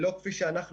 שלא כפי שאמרנו.